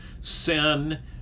sin